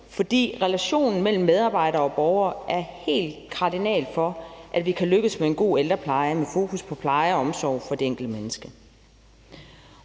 For relationen mellem medarbejdere og borgere er helt essentielt, for at vi kan lykkes med en god ældrepleje med fokus på pleje og omsorg for det enkelte menneske.